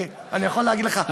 אני יכול להגיד לך,